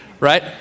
Right